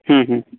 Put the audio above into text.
ᱦᱮᱸ ᱦᱮᱸ